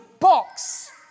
box